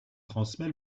transmet